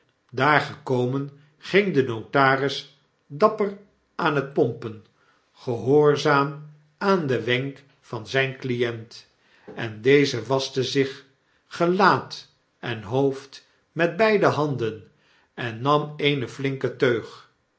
daar gekomen ging de notaris dapper aan het pompen gehoorzaam aan den wenk van zyn client en deze waschte zich gelaat en hoofd met beide handen en nam eene flinke teug